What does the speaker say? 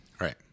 right